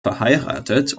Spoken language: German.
verheiratet